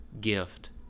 gift